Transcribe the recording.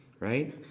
right